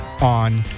On